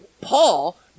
Paul